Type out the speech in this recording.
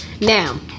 Now